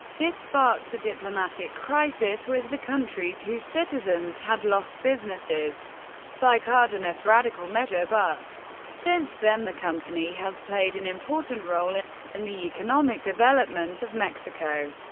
this sparked a diplomatic crisis with the countries whose citizens had lost businesses by cardenas' radical measure, but since then the company has played an important role in and the economic development of mexico.